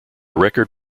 record